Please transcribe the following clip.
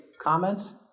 comments